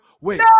wait